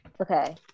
okay